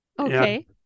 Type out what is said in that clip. Okay